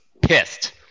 pissed